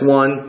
one